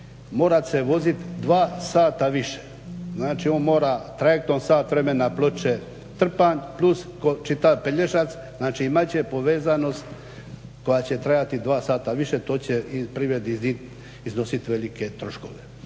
morat se voziti dva sata više. Znači, on mora trajektom sat vremena Ploče-Trpanj plus čitav Pelješac. Znači, imat će povezanost koja će trajati dva sata više. To će privredi iznositi velike troškove